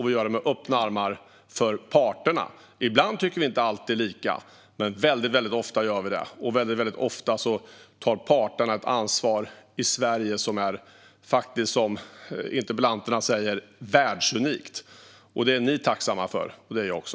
Vi gör detta med öppna armar för parterna. Vi tycker inte alltid lika, men väldigt ofta gör vi det. Och väldigt ofta tar parterna ett ansvar i Sverige som faktiskt är världsunikt, som interpellanterna säger. Det är interpellanterna tacksamma för, och det är jag också.